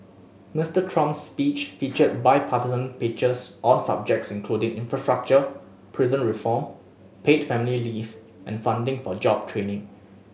Mister Trump's speech featured bipartisan pitches on subjects including infrastructure prison reform paid family leave and funding for job training